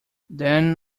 then